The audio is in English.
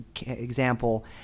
example